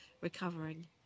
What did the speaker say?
recovering